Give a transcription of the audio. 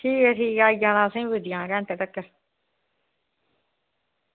ठीक ऐ ठीक ऐ आई जाना असें बी पुज्जी जाना घैंटे तगर